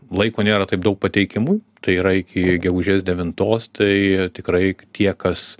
laiko nėra taip daug pateikimui tai yra iki gegužės devintos tai tikrai tie kas